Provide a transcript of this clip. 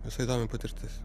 visai įdomi patirtis